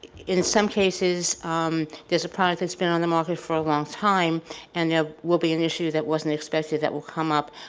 in some cases there's a product that's been on the market for a long time and there will be an issue that wasn't expected that will come up,